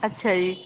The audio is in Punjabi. ਅੱਛਾ ਜੀ